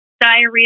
diarrhea